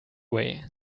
way